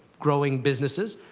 growing businesses.